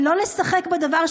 כנסת נכבדה,